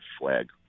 flag